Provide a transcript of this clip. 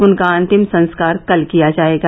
उनका अन्तिम संस्कार कल किया जाएगा